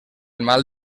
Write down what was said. mal